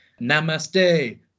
namaste